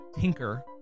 tinker